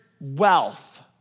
wealth